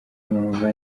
numva